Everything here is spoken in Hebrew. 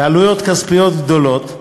בעלויות כספיות גדולות,